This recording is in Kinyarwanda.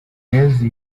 yesu